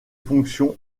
fonctions